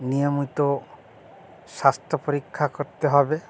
নিয়মিত স্বাস্থ্য পরীক্ষা করতে হবে